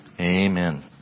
Amen